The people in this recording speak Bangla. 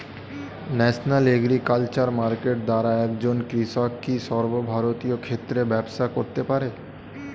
ন্যাশনাল এগ্রিকালচার মার্কেট দ্বারা একজন কৃষক কি সর্বভারতীয় ক্ষেত্রে ব্যবসা করতে পারে?